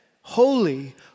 Holy